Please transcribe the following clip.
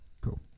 Cool